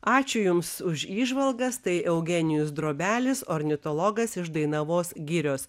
ačiū jums už įžvalgas tai eugenijus drobelis ornitologas iš dainavos girios